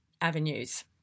avenues